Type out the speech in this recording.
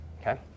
Okay